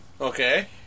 Okay